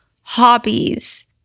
hobbies